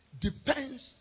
depends